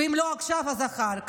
ואם לא עכשיו אז אחר כך,